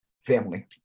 family